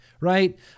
right